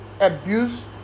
abuse